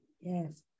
yes